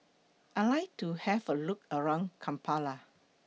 I like to Have A Look around Kampala